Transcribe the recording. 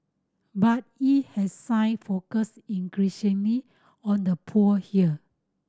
but it has sign focused increasingly on the poor here